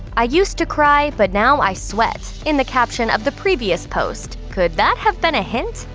i used to cry but now i sweat in the caption of the previous post. could that have been a hint?